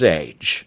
age